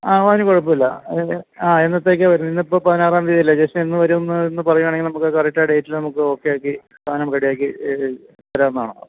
ആ അതിന് കുഴപ്പമില്ല ആ എന്നത്തേക്കാണ് വരുന്നത് ഇന്നിപ്പോൾ പതിനാറാം തീയതിയല്ലേ ജെസ്റ്റെൻ എന്ന് വരുമെന്ന് ഒന്ന് പറയുവാണെങ്കിൽ നമുക്ക് അത് കറക്റ്റാ ഡേറ്റിൽ നമുക്ക് ഓക്കെയാക്കി സാധനം റെഡിയാക്കി തരാവുന്നതാണ്